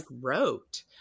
wrote